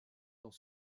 dans